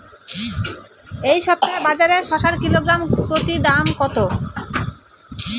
এই সপ্তাহে বাজারে শসার কিলোগ্রাম প্রতি দাম কত?